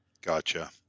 Gotcha